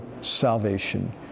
salvation